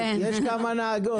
יש כמה נהגות